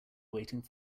waiting